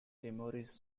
timorese